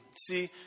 See